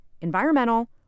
environmental